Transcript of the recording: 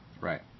Right